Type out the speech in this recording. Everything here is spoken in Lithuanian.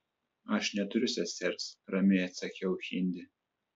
aš neturiu sesers ramiai atsakiau hindi